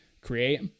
create